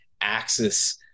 axis